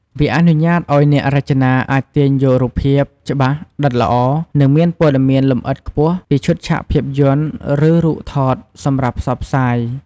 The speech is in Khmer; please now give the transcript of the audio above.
វាអនុញ្ញាតឱ្យអ្នករចនាអាចទាញយករូបភាព ច្បាស់ ដិតល្អ និងមានព័ត៌មានលម្អិតខ្ពស់ ពីឈុតឆាកភាពយន្ត ឬរូបថតសម្រាប់ផ្សព្វផ្សាយ ។